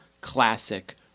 Classic